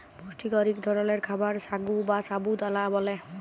পুষ্টিকর ইক ধরলের খাবার সাগু বা সাবু দালা ব্যালে